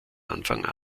anfang